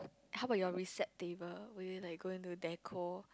how about your recept table when you like going to decor